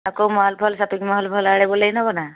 ଆଉ କୋଉ ମଲ୍ଫଲ୍ ସପିଙ୍ଗ୍ ମଲ୍ଫଲ୍ ଆଡ଼େ ବୁଲେଇନେବ ନା